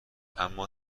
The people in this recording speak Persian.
اما